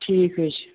ٹھیٖک حظ چھِ